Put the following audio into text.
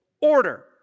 order